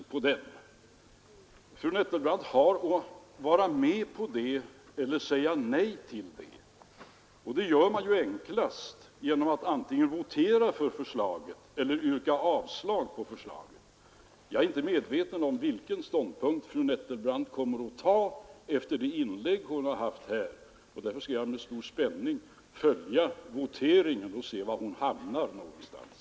Fru Nettelbrandt har att gå med på det eller säga nej till det, och det gör man enklast genom att antingen votera för förslaget eller yrka avslag på förslaget. Efter de inlägg fru Nettelbrandt gjort här vet jag fortfarande inte vilken ståndpunkt hon kommer att inta. Därför skall jag med stor spänning följa voteringen och se var hon hamnar någonstans.